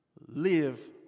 live